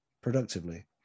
productively